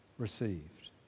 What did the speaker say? Received